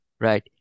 right